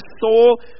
soul